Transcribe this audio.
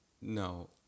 No